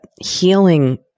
healing